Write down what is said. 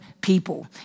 people